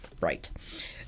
Right